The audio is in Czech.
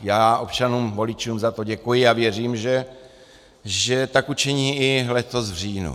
Já občanům voličům za to děkuji a věřím, že tak učiní i letos v říjnu.